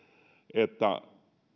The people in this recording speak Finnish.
että